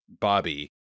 bobby